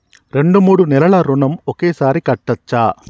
రెండు మూడు నెలల ఋణం ఒకేసారి కట్టచ్చా?